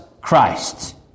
Christ